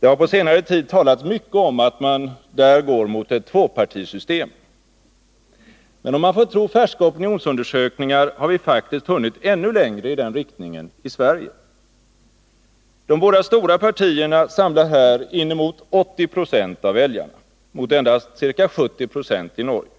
Det har på senare tid talats mycket om att man där går mot ett tvåpartisystem. Men om man får tro färska opinionsundersökningar, har vi faktiskt hunnit ännu längre i den riktningen i Sverige. De båda stora partierna samlar här inemot 80 26 av väljarna mot endast ca 70 90 i Norge.